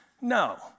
no